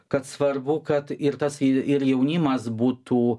kad svarbu kad ir tas ir jaunimas būtų